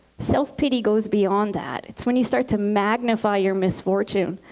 self-pity goes beyond that. it's when you start to magnify your misfortune.